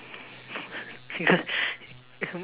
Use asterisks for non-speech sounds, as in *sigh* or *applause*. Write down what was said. *laughs* because